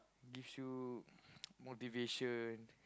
gives you motivation